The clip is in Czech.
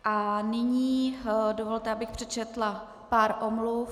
A nyní dovolte, abych přečetla pár omluv.